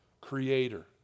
creator